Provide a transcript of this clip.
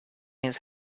his